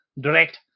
direct